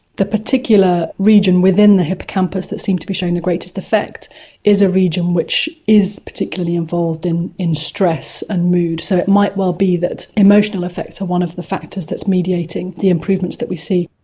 the particular region within the hippocampus that seemed to be showing the greatest effect is a region which is particularly involved in in stress and mood, so it might well be that emotional effects are one of the factors that's mediating the improvements that we see.